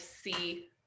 see